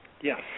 Yes